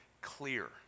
clear